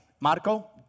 Marco